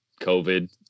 COVID